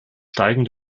steigen